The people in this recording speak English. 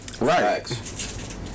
Right